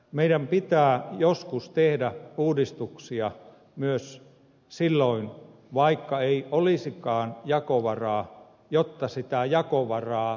meidän pitää joskus tehdä uudistuksia myös silloin vaikka ei olisikaan jakovaraa jotta sitä jakovaraa syntyisi